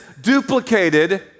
duplicated